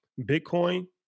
Bitcoin